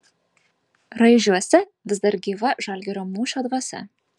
raižiuose vis dar gyva žalgirio mūšio dvasia